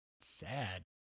sad